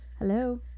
Hello